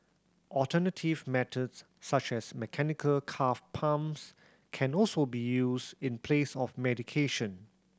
alternative methods such as mechanical calf pumps can also be used in place of medication